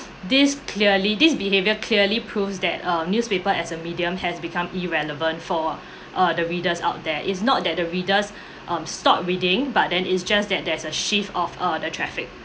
this clearly this behaviour clearly proves that uh newspaper as a medium has become irrelevant for uh the readers out there is not that the readers um stop reading but then is just that there's a shift of err the traffic